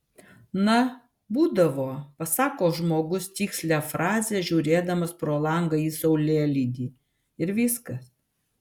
na būdavo pasako žmogus tikslią frazę žiūrėdamas pro langą į saulėlydį ir viskas